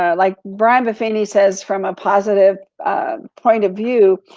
um like brian buffini says from a positive point of view,